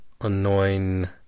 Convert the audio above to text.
annoying